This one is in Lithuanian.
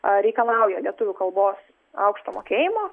a reikalauja lietuvių kalbos aukšto mokėjimo